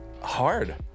Hard